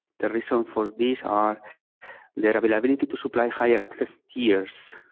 the reason for this are their ability to supply higher access tiers,